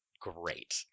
great